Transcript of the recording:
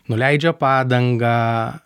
nuleidžia padangą